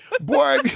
Boy